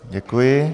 Děkuji.